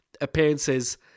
appearances